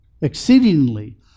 Exceedingly